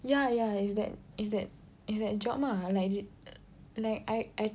ya ya is that is that is that job ah like you like I I I